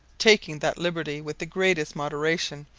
taking that liberty with the greatest moderation,